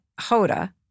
Hoda